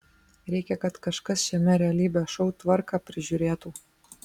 reikia kad kažkas šiame realybės šou tvarką prižiūrėtų